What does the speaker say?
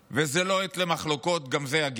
זה לא עת למחלוקות, גם זה יגיע,